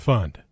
Fund